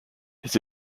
his